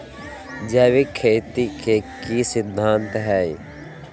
जैविक खेती के की सिद्धांत हैय?